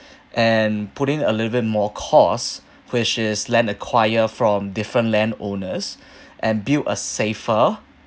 and putting a little bit more cost which is land acquire from different land owners and build a safer